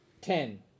Ten